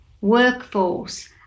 workforce